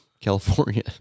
california